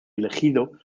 elegido